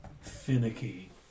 finicky